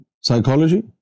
Psychology